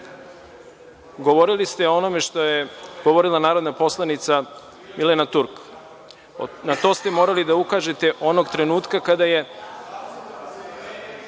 videla.)Govorili ste o onome što je govorila narodna poslanica Milena Turk. Na to ste morali da ukažete onog trenutka kada